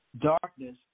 Darkness